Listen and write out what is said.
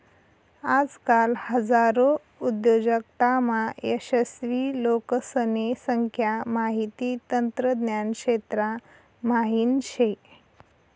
आजकाल हजारो उद्योजकतामा यशस्वी लोकेसने संख्या माहिती तंत्रज्ञान क्षेत्रा म्हाईन शे